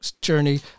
Journey